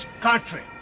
country